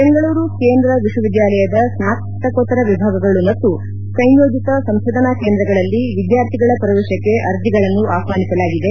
ಬೆಂಗಳೂರು ಕೇಂದ್ರ ವಿಶ್ವವಿದ್ಯಾಲಯದ ಸ್ನಾತಕೋತ್ತರದ ವಿಭಾಗಗಳು ಮತ್ತು ಸಂಯೋಜತ ಸಂತೋಧನಾ ಕೇಂದ್ರಗಳಲ್ಲಿ ವಿದ್ಯಾರ್ಥಿಗಳ ಪ್ರವೇಶಕ್ಷೆ ಅರ್ಜಿಗಳನ್ನು ಆಹ್ಲಾನಿಸಲಾಗಿದೆ